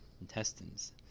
intestines